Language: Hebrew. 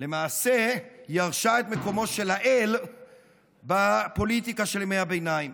למעשה ירשה את מקומו של האל בפוליטיקה של ימי הביניים.